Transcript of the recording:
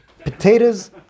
Potatoes